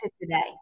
today